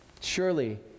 Surely